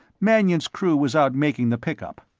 mannion's crew was out making the pick-up.